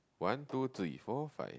one two three four five